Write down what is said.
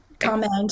comment